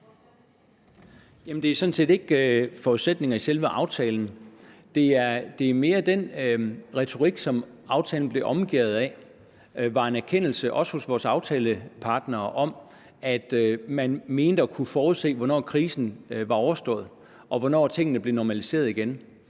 set ikke om forudsætningerne i selve aftalen. Det er mere det med, at der i den retorik, som aftalen blev omgærdet af, var en erkendelse, også hos vores aftalepartnere, om, at man mente at kunne forudse, hvornår krisen var overstået, og hvornår tingene blev normaliseret igen.